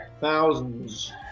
thousands